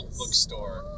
bookstore